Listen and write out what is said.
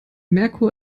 merkur